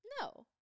No